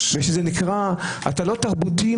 כי אתה לא תהיה מספיק תרבותי,